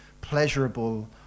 pleasurable